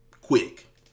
quick